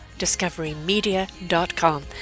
discoverymedia.com